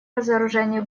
разоружению